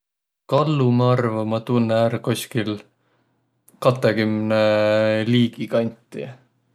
Kallu ma arva ma tunnõ ärq koskil katõkümne liigi kanti.